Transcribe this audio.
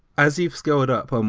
as you've scaled it up, um